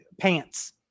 Pants